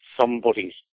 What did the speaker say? somebody's